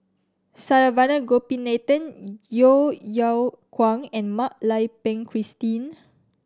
Saravanan Gopinathan Yeo Yeow Kwang and Mak Lai Peng Christine